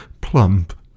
plump